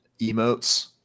emotes